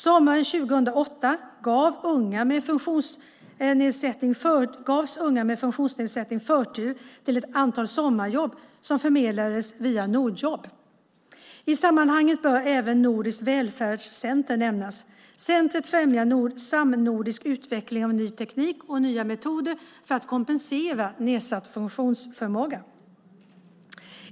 Sommaren 2008 gavs unga med funktionsnedsättning förtur till ett antal sommarjobb som förmedlades via Nordjobb. I sammanhanget bör även Nordiskt välfärdscenter nämnas. Centret främjar samnordisk utveckling av ny teknik och nya metoder för att kompensera nedsatt funktionsförmåga.